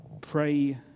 Pray